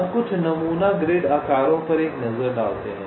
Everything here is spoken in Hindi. अब कुछ नमूना ग्रिड आकारों पर एक नज़र डालते हैं